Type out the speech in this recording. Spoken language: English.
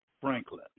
Franklin